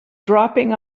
dropping